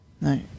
No